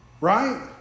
right